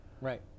Right